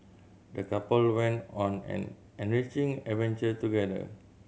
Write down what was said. the couple went on an enriching adventure together